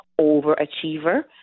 overachiever